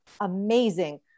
amazing